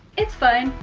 it's fine.